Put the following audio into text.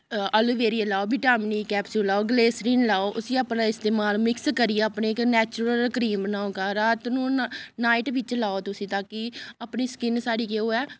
aloe vera लाओ vitamin E capsule लाओ glycerine लाओ उस्सी अपने इस्तेमाल मिक्स करियै अपने इक नैचरल क्रीम बनाओ घर रात नू नाईट बिच्च लाओ तुसी ता कि अपनी स्किन साढ़ी केह् होऐ